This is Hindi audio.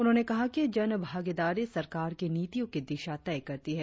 उन्होंने कहा कि जन भागीदारी सरकार की नीतियों की दिशा तय करती है